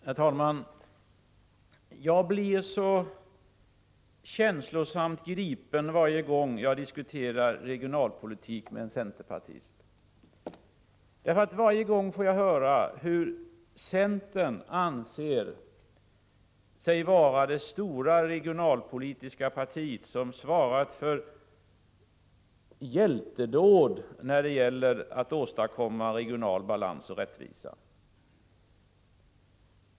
Herr talman! Jag blir så känslosamt gripen varje gång jag diskuterar regionalpolitik med en centerpartist. Jag får vid dessa tillfällen höra att centern anser sig vara det stora partiet på det regionalpolitiska området, det parti som svarat för hjältedåd när det gäller att åstadkomma regional balans och rättvisa.